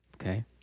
Okay